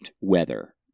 weather